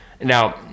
Now